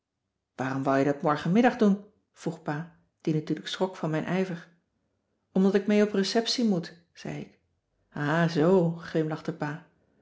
waarom wou je dat morgenmiddag doen vroeg pa die natuurlijk schrok van mijn ijver omdat ik mee op receptie moet zei ik ah zoo glimlachte pa